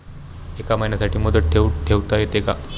एका महिन्यासाठी मुदत ठेव ठेवता येते का?